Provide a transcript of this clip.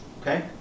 okay